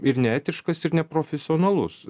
ir neetiškas ir neprofesionalus